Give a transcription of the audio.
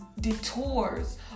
detours